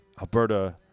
Alberta